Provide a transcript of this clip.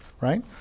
right